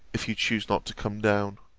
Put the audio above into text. if you chuse not to come down.